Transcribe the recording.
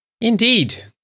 Indeed